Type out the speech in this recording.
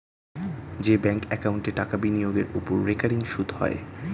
যে ব্যাঙ্ক একাউন্টে টাকা বিনিয়োগের ওপর রেকারিং সুদ হয়